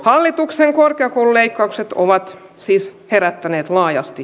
hallituksen korkeakoululeikkaukset ovat siis herättäneet laajasti